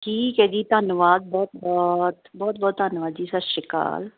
ਠੀਕ ਹੈ ਜੀ ਧੰਨਵਾਦ ਬਹੁਤ ਬਹੁਤ ਬਹੁਤ ਬਹੁਤ ਧੰਨਵਾਦ ਜੀ ਸਤਿ ਸ਼੍ਰੀ ਅਕਾਲ